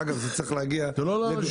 ואגב זה צריך להגיע --- זה לא לאנשים,